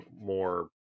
more